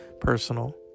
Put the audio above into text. personal